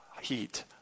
heat